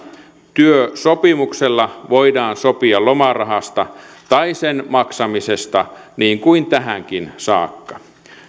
työsopimuksella voidaan sopia lomarahasta tai sen maksamisesta niin kuin tähänkin saakka